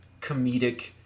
comedic